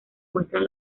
muestran